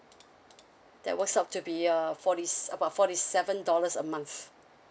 that works out to be uh forty s~ about forty seven dollars a month